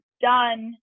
done